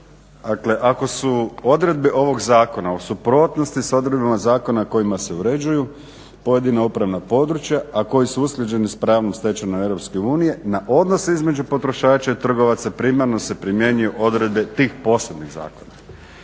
Dakle, ako su odredbe ovog zakona u suprotnosti sa odredbama zakona kojima se uređuju pojedina upravna područja, a koji su usklađeni sa pravnom stečevinom EU na odnose između potrošača i trgovaca primarno se primjenjuju odredbe tih posebnih zakona.